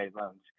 loans